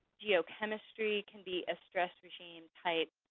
geochemistry can be a stress regime type,